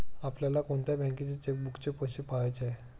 आपल्याला कोणत्या बँकेच्या चेकबुकचे पैसे पहायचे आहे?